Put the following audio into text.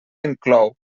inclou